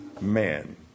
man